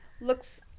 looks